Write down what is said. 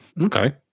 Okay